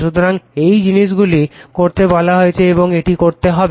সুতরাং এই জিনিসগুলি করতে বলা হয়েছে এবং এটি করতে হবে